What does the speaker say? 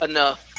Enough